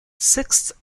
sixth